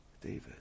David